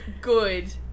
good